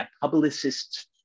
publicists